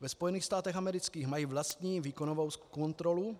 Ve Spojených státech amerických mají vlastní výkonovou kontrolu,